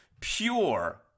Pure